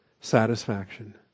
Satisfaction